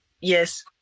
Yes